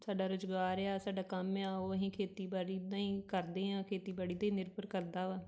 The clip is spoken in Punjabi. ਸਾਡਾ ਰੁਜ਼ਗਾਰ ਆ ਸਾਡਾ ਕੰਮ ਆ ਉਹ ਅਸੀਂ ਖੇਤੀਬਾੜੀ ਲਈ ਕਰਦੇ ਹਾਂ ਖੇਤੀਬਾੜੀ 'ਤੇ ਹੀ ਨਿਰਭਰ ਕਰਦਾ ਵਾ